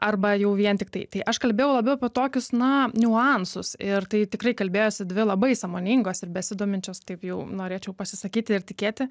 arba jau vien tiktai tai aš kalbėjau labiau apie tokius na niuansus ir tai tikrai kalbėjosi dvi labai sąmoningos ir besidominčios taip jau norėčiau pasisakyti ir tikėti